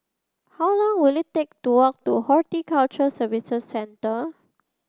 how long will it take to walk to Horticulture Services Centre